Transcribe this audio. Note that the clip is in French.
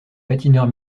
patineurs